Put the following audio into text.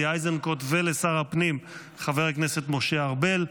איזנקוט ולשר הפנים חבר הכנסת משה ארבל,